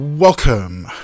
Welcome